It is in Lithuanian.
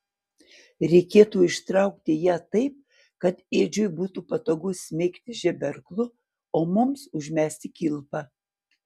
reikėtų ištraukti ją taip kad edžiui būtų patogu smeigti žeberklu o mums užmesti kilpą